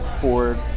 Ford